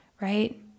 right